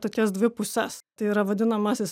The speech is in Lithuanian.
tokias dvi puses tai yra vadinamasis